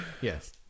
Yes